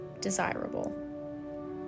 desirable